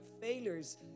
failures